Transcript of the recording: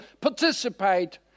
participate